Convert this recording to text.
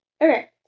Okay